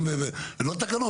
אולי לא תקנות,